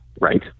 Right